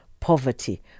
Poverty